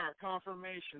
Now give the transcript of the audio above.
confirmation